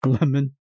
Lemon